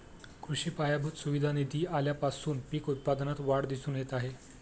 कृषी पायाभूत सुविधा निधी आल्यापासून पीक उत्पादनात वाढ दिसून येत आहे